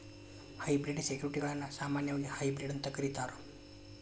hybrid ಸೆಕ್ಯುರಿಟಿಗಳನ್ನ ಸಾಮಾನ್ಯವಾಗಿ hybrid ಅಂತ ಕರೇತಾರ